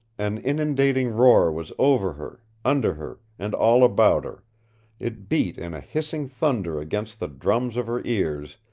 an inundating roar was over her, under her, and all about her it beat in a hissing thunder against the drums of her ears,